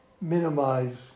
minimize